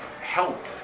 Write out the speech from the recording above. help